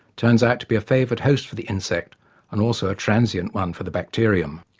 turns out to be a favoured host for the insect and also a transient one for the bacterium.